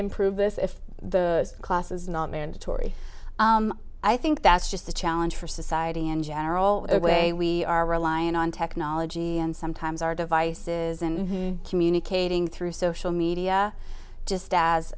improve this if the class is not mandatory i think that's just a challenge for society in general with the way we are reliant on technology and sometimes our devices and communicating through social media just as